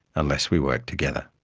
unless we work together.